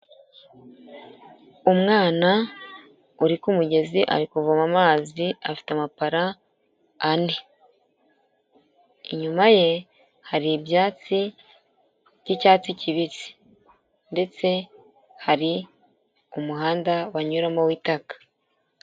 Umwana uri kumugezi ari kuvoma amazi afite amapara ane, inyuma ye hari ibyatsi by'icyatsi kibisi ndetse ari ku muhanda banyuramo w'itaka.